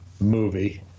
movie